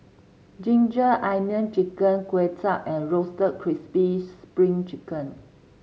ginger onion chicken Kuay Chap and Roasted Crispy Spring Chicken